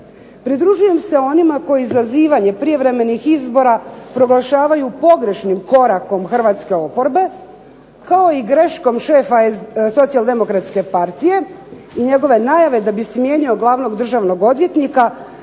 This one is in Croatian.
Pridružujem se onima koji izazivanje prijevremenih izbora proglašavaju pogrešnim korakom hrvatske oporbe kao i greškom šefa Socijaldemokratske partije i njegove najave da bi smijenio glavnog državnog odvjetnika